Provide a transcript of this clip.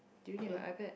do you need my iPad